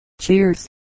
Cheers